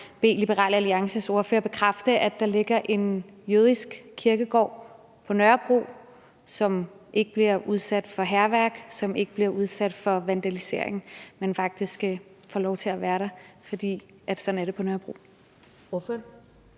bede Liberal Alliances ordfører om bekræfte, at der ligger en jødisk kirkegård på Nørrebro, som ikke bliver udsat for hærværk, og som ikke bliver udsat for vandalisering, men faktisk får lov til at være der, fordi sådan er det på Nørrebro.